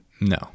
no